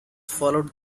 followed